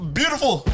beautiful